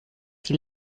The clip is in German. die